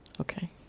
okay